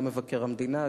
גם מבקר המדינה,